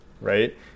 right